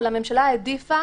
אבל הממשלה העדיפה